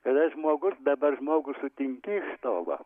kada žmogus dabar žmogų sutinki iš tolo